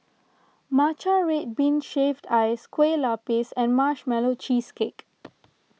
Matcha Red Bean Shaved Ice Kue Lupis and Marshmallow Cheesecake